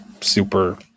super